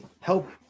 help